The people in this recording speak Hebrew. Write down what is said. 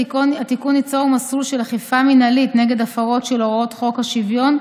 התיקון ייצור מסלול של אכיפה מינהלית נגד הפרות של הוראות חוק השוויון,